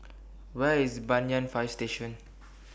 Where IS Banyan Fire Station